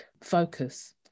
focus